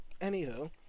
anywho